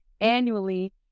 annually